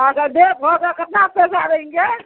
अहाँके देवघरके केतना पैसा रहि गेल